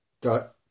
got